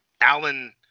Alan